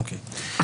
אוקיי,